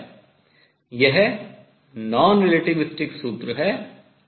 यह non relativistic अनआपेक्षिकीय सूत्र है